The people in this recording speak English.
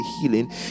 healing